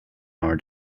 our